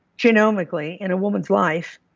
genomically in a woman's life